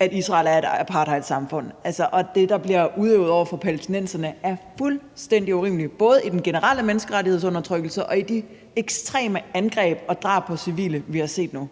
at Israel er et apartheidsamfund, og at det, der bliver udøvet over for palæstinenserne, er fuldstændig urimeligt, både i forhold til den generelle menneskerettighedsundertrykkelse og de ekstreme angreb og drab på civile, vi har set nu